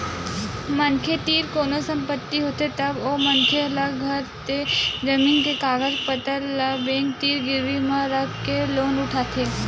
मनखे तीर कोनो संपत्ति होथे तब ओ मनखे ल घर ते जमीन के कागज पतर ल बेंक तीर गिरवी म राखके लोन उठाथे